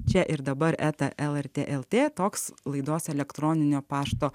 čia ir dabar eta lrt lt toks laidos elektroninio pašto